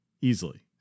easily